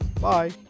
bye